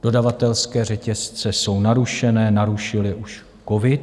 Dodavatelské řetězce jsou narušené, narušil je už covid.